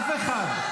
אף אחד.